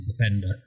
defender